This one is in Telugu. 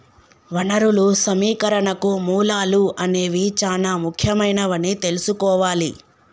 వనరులు సమీకరణకు మూలాలు అనేవి చానా ముఖ్యమైనవని తెల్సుకోవాలి